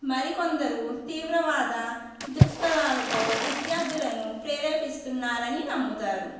మరికొందరు తీవ్రవాద దృక్పథాలతో విద్యార్థులను ప్రేరేపిస్తున్నారని నమ్ముతారు